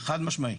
חד משמעי,